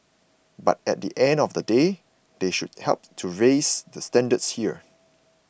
but at the end of the day they should help to raise the standards here